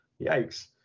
yikes